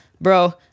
bro